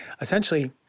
essentially